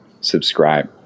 subscribe